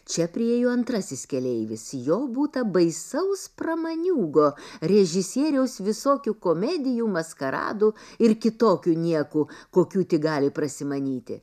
čia priėjo antrasis keleivis jo būta baisaus pramaniūgo režisieriaus visokių komedijų maskaradų ir kitokių niekų kokių tik gali prasimanyti